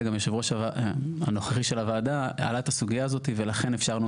גם היושב ראש הנוכחי של הוועדה העלה את הסוגיה הזאת ולכן אפשרנו